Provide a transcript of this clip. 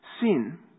Sin